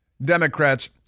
Democrats